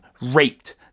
raped